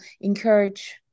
encourage